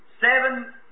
seven